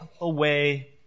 away